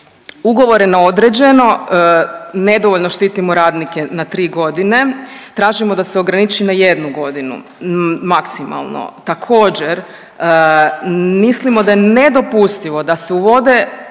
ugovore na određeno nedovoljno štitimo radnike na tri godine, tražimo da se ograniči na jednu godinu maksimalno. Također mislimo da je nedopustivo da se uvode